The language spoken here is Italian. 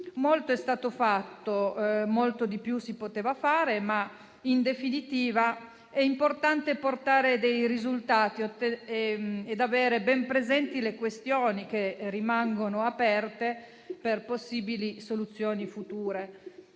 Molto è stato fatto e molto di più si poteva fare. In definitiva, è importante ottenere dei risultati e avere ben presenti le questioni che rimangono aperte per possibili soluzioni future.